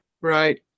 right